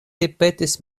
ripetis